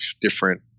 different